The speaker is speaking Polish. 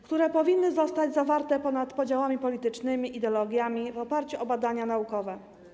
które powinny zostać przyjęte ponad podziałami politycznymi, ideologiami, w oparciu o badania naukowe.